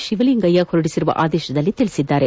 ಶಿವಲಿಂಗಯ್ಕ ಹೊರಡಿಸಿರುವ ಆದೇಶದಲ್ಲಿ ತಿಳಿಸಿದ್ದಾರೆ